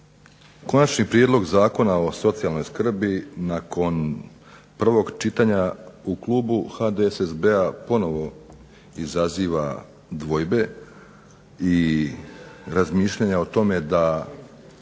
Konačni prijedlog zakona o socijalnoj skrbi nakon prvog čitanja u klubu HDSSB-a ponovo izaziva dvojbe i razmišljanja o tome da